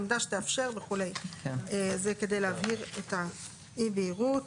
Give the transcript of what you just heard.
עמדה שתאפשר --- זה כדי להבהיר את אי הבהירות.